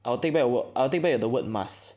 I'll take back word I'll take back the word must